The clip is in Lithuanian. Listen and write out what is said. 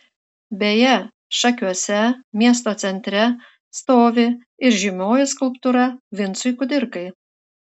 beje šakiuose miesto centre stovi ir žymioji skulptūra vincui kudirkai